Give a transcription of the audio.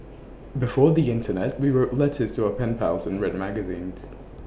before the Internet we wrote letters to our pen pals and read magazines